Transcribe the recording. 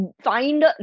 find